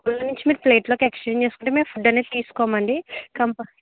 మీరు పేట్లోకి ఎక్సచేంజ్ చేసుకుంటే మేము ఫుడ్ అనేది తీసుకోము అండి కంపా